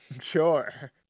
Sure